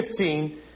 15